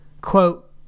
quote